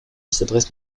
s’adresse